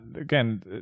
again